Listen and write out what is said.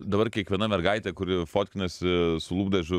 dabar kiekviena mergaitė kuri fotkinasi su lūpdažiu